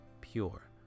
pure